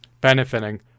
benefiting